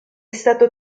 stato